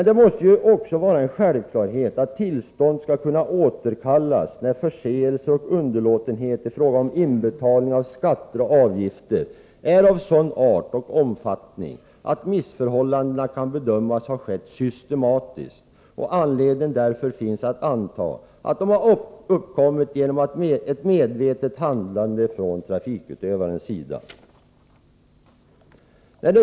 Det måste också vara en självklarhet att tillstånd skall kunna återkallas när förseelser och underlåtenhet i fråga om inbetalning av skatter och avgifter är av sådan art och omfattning att missförhållandena kan bedömas ha skett systematiskt och anledning därför finns att anta att de har uppkommit genom ett medvetet handlande från trafikutövarens sida.